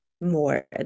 more